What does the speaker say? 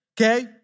Okay